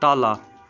तल